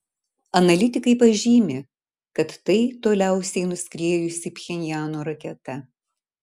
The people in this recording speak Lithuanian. analitikai pažymi kad tai toliausiai nuskriejusi pchenjano raketa